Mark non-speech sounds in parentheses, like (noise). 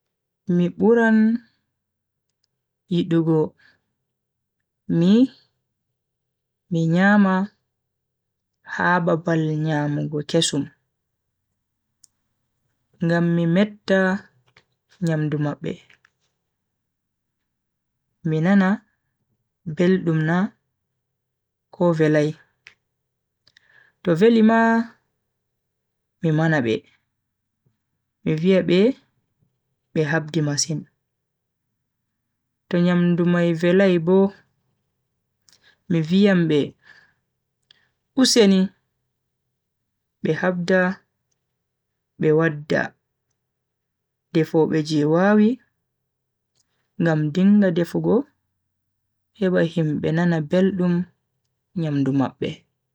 Mi buran yidugo mi (hesitation) mi nyama ha babal nyamugo kesum ngam mi metta nyamdu mabbe mi nana beldum na ko velai. to veli ma mi mana be mi viya be be habdi masin, to nyamdu mai velai bo, mi viyan be useni be habda be wadda defoobe je wawi ngam dinga defugo heba himbe nana beldum nyamdu mabbe.